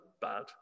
bad